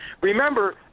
Remember